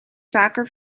vaker